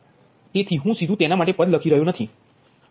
તેથી હું સીધુ તેના માટે પદ લખી રહ્યો નથી